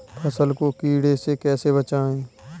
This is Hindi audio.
फसल को कीड़े से कैसे बचाएँ?